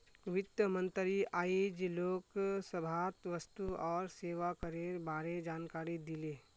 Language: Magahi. वित्त मंत्री आइज लोकसभात वस्तु और सेवा करेर बारे जानकारी दिले